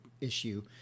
issue